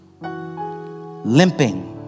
Limping